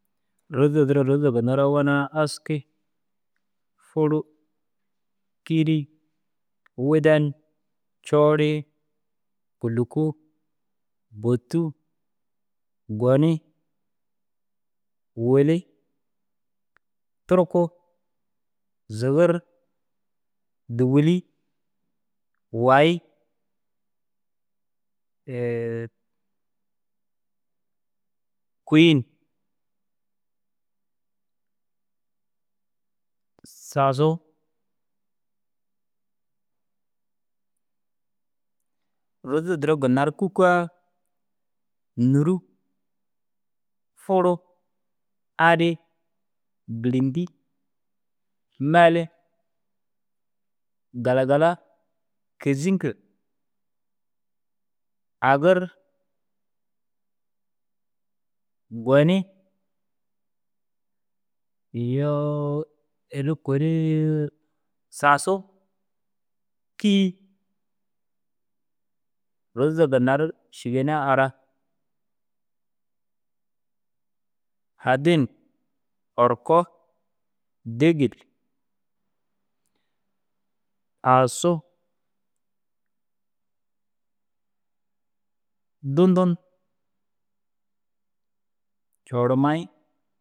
Rôza duro rôza ginna ru owonaa aski, furu, kîri, wuden, coori, kûluku, bôtu, goni, wili, turku, zigir, dûgili, wayi, kûin, sasu. Rôza duro ginna na ru kûkaa nûru, furu, arii, gîrinti, meli, galagala, kêziŋkir, agir, goni. Iyoo ini kuri sasu, kî. Rôza ginna ru šîgena ara, Hadin, orko, dêgil, aasu, dundun, coormayi.